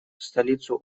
столицу